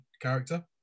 character